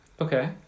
Okay